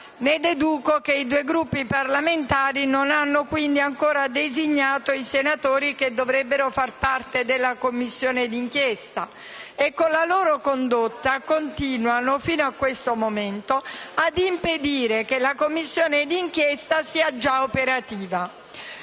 deduco che i due Gruppi parlamentari non abbiano ancora designato i senatori che dovrebbero far parte di tale Commissione e con la loro condotta continuano, fino a questo momento, ad impedire che la Commissione sia già operativa.